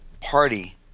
party